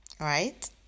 right